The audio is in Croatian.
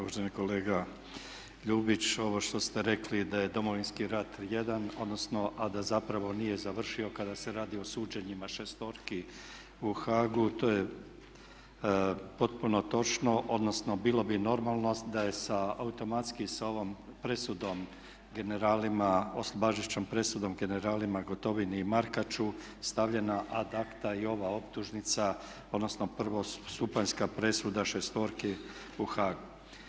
Evo uvaženi kolega Ljubić, ovo što ste rekli da je Domovinski rat jedan odnosno a da zapravo nije završio kada se radi o suđenjima šestorki u Haagu to je potpuno točno, odnosno bilo bi normalno da je automatski s ovom presudom generalima, oslobađajućom presudom generalima Gotovini i Markaču stavljena ad acta i ova optužnica odnosno prvostupanjska presuda šestorci u Haagu.